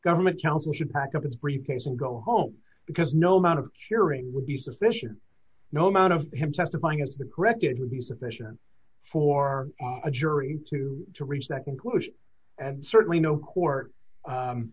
government council should pack up his briefcase and go home because no amount of sharing would be sufficient no amount of him testifying as the correct it would be sufficient for a jury to reach that conclusion and certainly no court